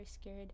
scared